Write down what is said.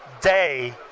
day